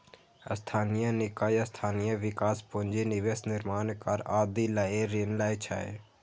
स्थानीय निकाय स्थानीय विकास, पूंजी निवेश, निर्माण कार्य आदि लए ऋण लै छै